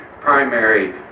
primary